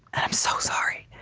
i'm so sorry.